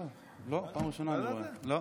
לא, זה לא.